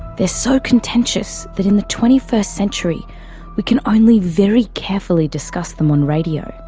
they're so contentious, that in the twenty first century we can only very carefully discuss them on radio,